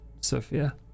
Sophia